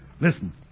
Listen